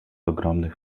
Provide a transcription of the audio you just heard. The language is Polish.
ogromnych